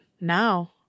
now